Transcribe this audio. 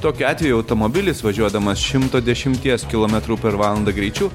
tokiu atveju automobilis važiuodamas šimto dešimties kilometrų per valandą greičiu